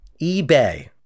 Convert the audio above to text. eBay